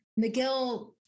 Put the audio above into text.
McGill